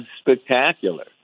spectacular